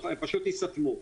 הם פשוט יסתמו.